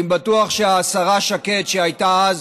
אני בטוח שהשרה שקד, שהייתה אז